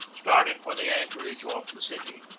started for the anchorage off the city.